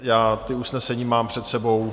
Já ta usnesení mám před sebou.